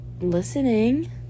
listening